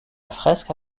fresque